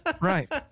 Right